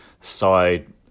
side